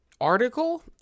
article